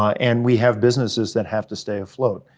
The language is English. and we have businesses that have to stay afloat.